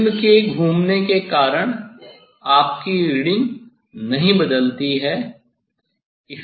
prism के घूमने के कारण आपकी रीडिंग नहीं बदलती है